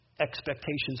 expectations